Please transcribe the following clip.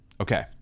okay